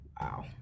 Wow